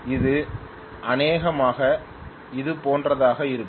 இது அநேகமாக இதுபோன்றதாக இருக்கும்